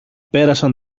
πέρασαν